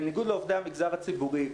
בניגוד לעובדי המגזר הציבורי,